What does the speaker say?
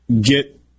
get